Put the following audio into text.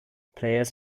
players